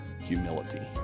humility